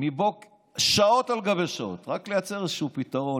עובד שעות על גבי שעות רק לייצר איזשהו פתרון,